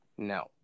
No